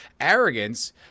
arrogance